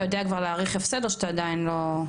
אתה יודע כבר להעריך הפסד או שאתה עדיין לא?